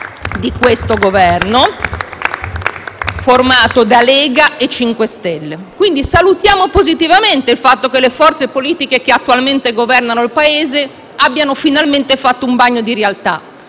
del Governo formato da Lega e MoVimento 5 Stelle. Quindi salutiamo positivamente il fatto che le forze politiche che attualmente governano il Paese abbiano finalmente fatto un bagno di realtà.